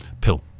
Pill